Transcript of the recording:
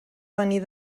venir